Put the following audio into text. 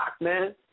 man